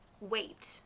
Wait